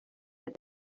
that